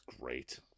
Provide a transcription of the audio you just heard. great